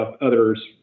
others